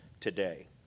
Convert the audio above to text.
today